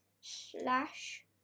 slash